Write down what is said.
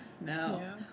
No